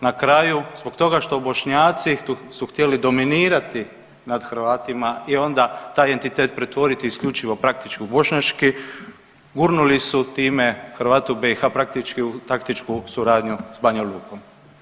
Na kraju zbog toga što Bošnjaci su htjeli dominirati nad Hrvatima i onda taj entitet pretvoriti isključivo praktički u Bošnjački gurnuli su time Hrvate u BiH praktički u taktičku suradnju s Banja Lukom.